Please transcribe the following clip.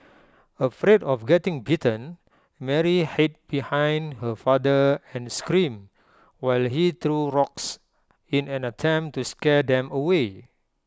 afraid of getting bitten Mary hid behind her father and screamed while he threw rocks in an attempt to scare them away